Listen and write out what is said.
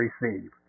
receive